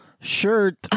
shirt